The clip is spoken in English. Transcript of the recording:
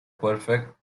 perfect